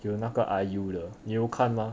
有那个 IU 的你有看吗